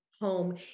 home